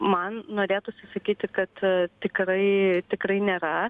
man norėtųsi sakyti kad tikrai tikrai nėra